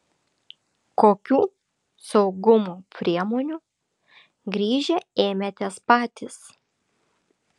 kokių saugumo priemonių grįžę ėmėtės patys